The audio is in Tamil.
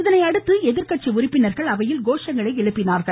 இதனையடுத்து எதிர்கட்சி உறுப்பினர்கள் அவையில் கோஷங்களை எழுப்பினார்கள்